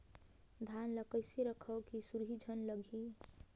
धान ल कइसे रखव कि सुरही झन लगे?